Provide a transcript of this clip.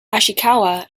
ishikawa